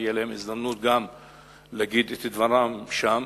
תהיה להם הזדמנות להגיד את דברם שם,